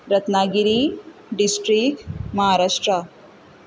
Ratnagiri district Maharashtra